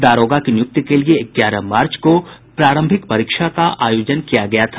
दारोगा की नियुक्ति के लिए ग्यारह मार्च को प्रारंभिक परीक्षा का आयोजन किया गया था